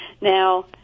Now